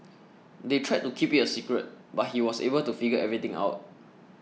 they tried to keep it a secret but he was able to figure everything out